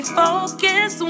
focus